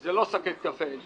זה לא שקית קפה עילית.